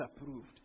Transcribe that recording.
approved